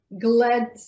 Glad